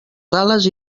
sales